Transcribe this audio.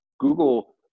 Google